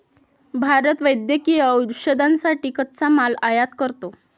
भारत वैद्यकीय औषधांसाठी कच्चा माल आयात करतो